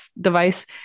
device